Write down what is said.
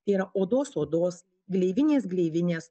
tai yra odos odos gleivinės gleivinės